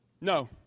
No